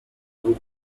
room